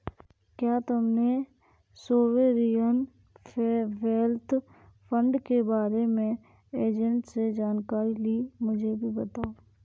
क्या तुमने sovereign wealth fund के बारे में एजेंट से जानकारी ली, मुझे भी बताओ